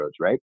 right